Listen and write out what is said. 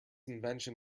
invention